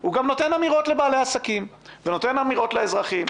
הוא גם נותן אמירות לבעלי עסקים ונותן אמירות לאזרחים.